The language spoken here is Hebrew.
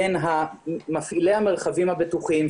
בין מפעילי המרחבים הבטוחים,